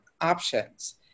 options